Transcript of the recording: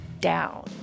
down